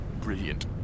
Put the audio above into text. Brilliant